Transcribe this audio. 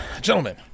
gentlemen